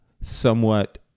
somewhat